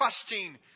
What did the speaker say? trusting